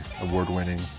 Award-winning